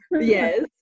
Yes